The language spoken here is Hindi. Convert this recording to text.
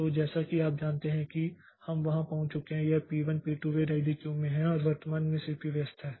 तो जैसा कि आप जानते हैं कि हम वहां पहुंच चुके हैं यह P1 P2 P3 वे रेडी क्यू में हैं और वर्तमान में सीपीयू व्यस्त है